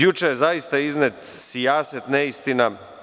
Juče je zaista iznet sijaset neistina.